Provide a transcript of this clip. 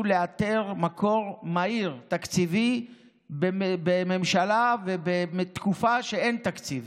לאתר מקור תקציבי מהיר בממשלה בתקופה שאין תקציב.